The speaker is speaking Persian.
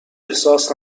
احساس